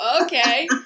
okay